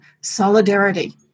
solidarity